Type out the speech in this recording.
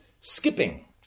skipping